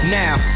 now